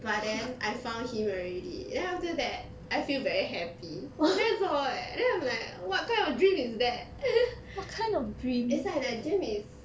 but then I found him already then after that I feel very happy that's all eh then I'm like what kind of dream is that is like the dream is